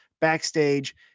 backstage